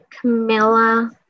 Camilla